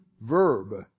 verb